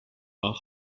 are